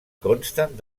consten